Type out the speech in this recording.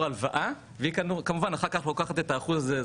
הלוואה והיא כמובן לוקחת את הסכום הזה.